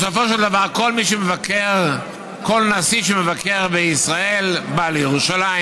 בסופו של דבר כל נשיא שמבקר בישראל בא לירושלים,